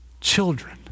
children